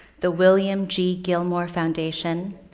the william g. gilmore foundation,